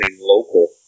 local